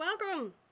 welcome